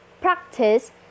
practice